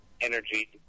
energy